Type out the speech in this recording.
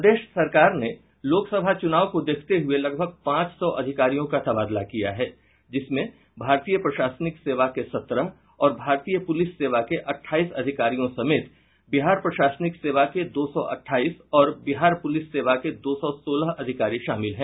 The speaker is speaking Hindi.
प्रदेश सरकार ने लोकसभा चुनाव को देखते हुए लगभग पांच सौ अधिकारियों का तबादला किया है जिसमें भारतीय प्रशासनिक सेवा के सत्रह और भारतीय प्रलिस सेवा के अट्ठाईस अधिकारियों समेत बिहार प्रशासनिक सेवा के दो सौ अट्ठाईस और बिहार पुलिस सेवा के दो सौ सोलह अधिकारी शामिल हैं